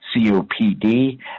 COPD